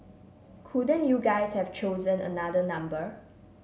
couldn't you guys have chosen another number